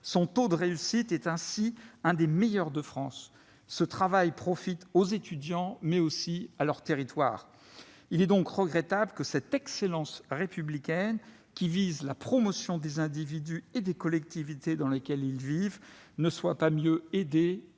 Son taux de réussite est ainsi l'un des meilleurs de France. Ce travail profite aux étudiants, mais aussi à leurs territoires. Il est donc regrettable que cette excellence républicaine, qui vise la promotion des individus et des collectivités dans lesquelles ils vivent, ne soit pas mieux aidée